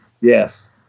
yes